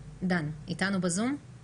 דן בנטל, מנהל האגף, בבקשה.